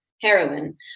heroin